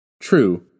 True